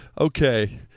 Okay